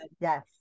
yes